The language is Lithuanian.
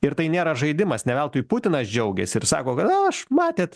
ir tai nėra žaidimas ne veltui putinas džiaugiasi ir sako kad a aš matėt